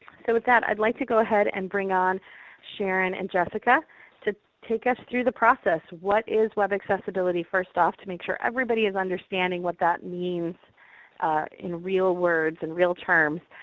so with that i'd like to go ahead and bring on sharron and jessica to take us through the process. what is web accessibility, first off, to make sure everybody is understanding what that means in real words and real terms,